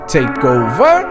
Takeover